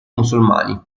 musulmani